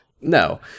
no